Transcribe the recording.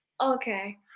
Okay